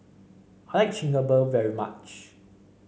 I like Chigenabe very much